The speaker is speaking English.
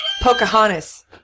Pocahontas